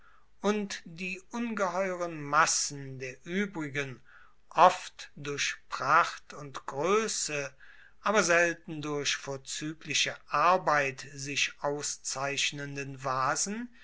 und die ungeheuren massen der uebrigen oft durch pracht und groesse aber selten durch vorzuegliche arbeit sich auszeichnenden vasen